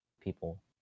people